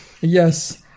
Yes